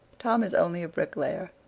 tom is only a bricklayer,